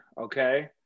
Okay